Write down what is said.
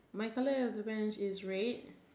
my colour of the Vans is red